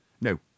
no